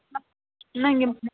ꯅꯪꯒꯤ